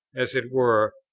as it were,